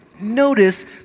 Notice